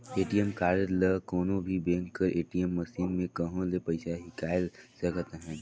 ATM card ले कोनो भी बेंक कर ए.टी.एम मसीन में कहों ले पइसा हिंकाएल सकत अहे